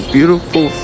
Beautiful